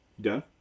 Done